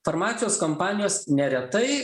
farmacijos kompanijos neretai